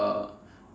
uh